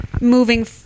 moving